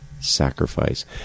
sacrifice